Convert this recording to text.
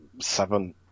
seven